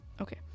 okay